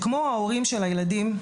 כמו ההורים של הילדים,